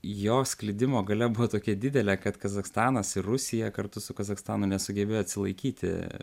jo sklidimo galia buvo tokia didelė kad kazachstanas ir rusija kartu su kazachstanu nesugebėjo atsilaikyti